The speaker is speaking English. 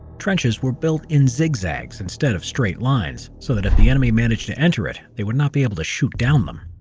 trenches were built in zigzags, instead of straight lines so that if the enemy managed to enter it, they would not be able to shoot down them.